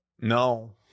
No